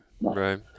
Right